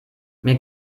mir